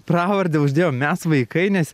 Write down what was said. pravardę uždėjom mes vaikai nes